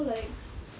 so like